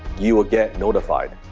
you will get notified.